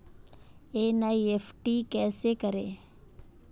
NEFT कैसे करें?